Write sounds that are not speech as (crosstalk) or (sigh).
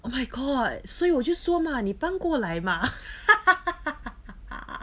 oh my god 所以我就说 mah 你搬过来吗 (laughs)